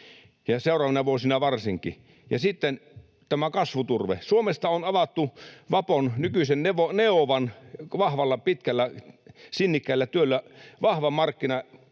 seuraavina vuosina varsinkin. Ja sitten tämä kasvuturve: Suomesta on avattu Vapon, nykyisen Neovan, vahvalla, pitkällä, sinnikkäällä työllä vahva markkina.